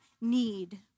need